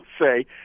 say